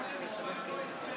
מכאן זה נשמע כמו הספד.